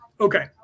Okay